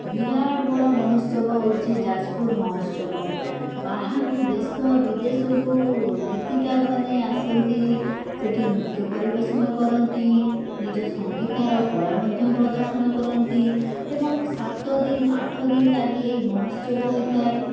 ବିରାଟ ବଡ଼ ମହୋତ୍ସବ ହେଉଛି ଯାଜପୁର ମହୋତ୍ସବ ବାହାରୁ ଦେଶ ବିଦେଶରୁ ଗୀତିକାର ମାନେ ଆସନ୍ତି ସେଠି ନୃତ୍ୟ ପରିବେଷଣ କରନ୍ତି ନିଜ ସଙ୍ଗୀତର କଳା ମଧ୍ୟ ପ୍ରଦଶଣ କରନ୍ତି ଏବଂ ସାତଦିନ ଆଠଦିନ ଲାଗି ଏହି ମହୋତ୍ସବ ହୋଇଥାଏ